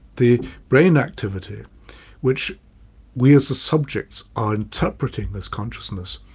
the brain activity which we as the subjects are interpreting this consciousness,